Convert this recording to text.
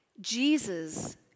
Jesus